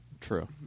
True